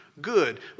good